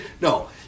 No